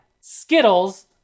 Skittles